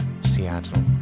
Seattle